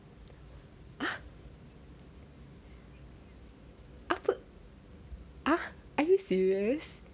ah apa ah are you serious